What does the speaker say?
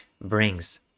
brings